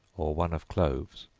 or one of cloves,